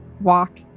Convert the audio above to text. walk